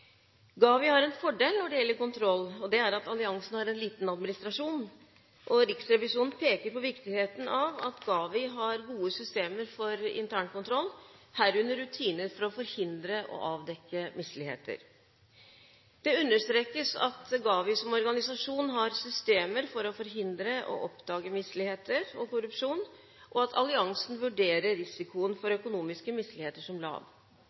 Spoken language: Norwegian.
GAVI har en fordel når det gjelder kontroll, og det er at alliansen har en liten administrasjon. Riksrevisjonen peker på viktigheten av at GAVI har gode systemer for internkontroll, herunder rutiner for å forhindre og avdekke misligheter. Det understrekes at GAVI som organisasjon har systemer for å forhindre og oppdage misligheter og korrupsjon, og at alliansen vurderer risikoen for økonomiske misligheter som lav.